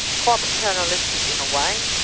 quite paternalistic in a way,